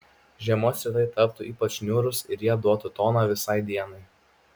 žiemos rytai taptų ypač niūrūs ir jie duotų toną visai dienai